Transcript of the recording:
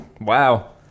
Wow